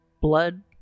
blood